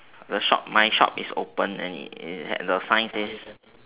the shop my shop is open and it the sign says